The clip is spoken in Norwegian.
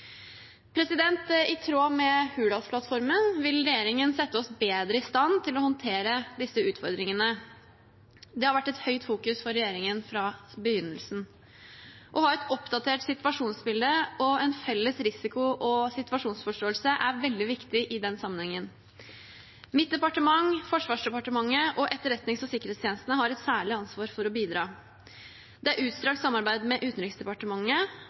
I tråd med Hurdalsplattformen vil regjeringen sette oss bedre i stand til å håndtere disse utfordringene. Det har regjeringen fra begynnelsen av fokusert mye på. Å ha et oppdatert situasjonsbilde og en felles risiko- og situasjonsforståelse er veldig viktig i den sammenhengen. Mitt departement, Forsvarsdepartementet og etterretnings- og sikkerhetstjenestene har et særlig ansvar for å bidra. Det er et utstrakt samarbeid med Utenriksdepartementet,